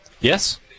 Yes